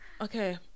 okay